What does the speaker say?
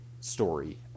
story